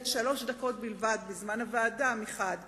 שלוש דקות בלבד בזמן הוועדה מחד גיסא,